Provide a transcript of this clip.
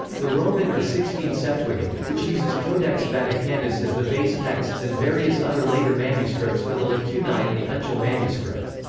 the roman or sixtine septuagint, which uses codex vaticanus as the base texts and various other later manuscripts for the lacunae in the uncial manuscript.